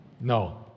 No